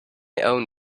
owned